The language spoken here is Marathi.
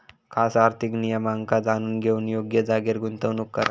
खास आर्थिक नियमांका जाणून घेऊन योग्य जागेर गुंतवणूक करा